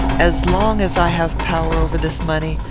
as long as i have power over this money,